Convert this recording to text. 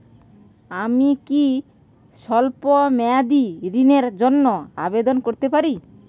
আমি কি স্বল্প মেয়াদি ঋণের জন্যে আবেদন করতে পারি?